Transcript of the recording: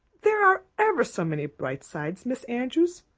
there are ever so many bright sides, miss andrews.